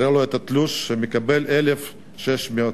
הוא הראה לו את התלוש, הוא מקבל 1,600 שקלים,